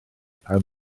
pan